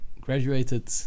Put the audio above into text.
graduated